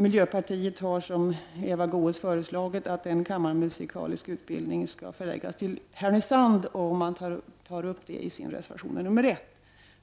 Miljöpartiet har, som Eva Goés sade, föreslagit att en kammarmusikalisk utbildning skall förläggas till Härnösand, och man tar upp detta förslag i reservation nr 1.